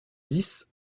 dix